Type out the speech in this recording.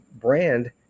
brand